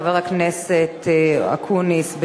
לחבר הכנסת אקוניס.